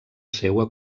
seua